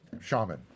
shaman